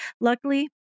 Luckily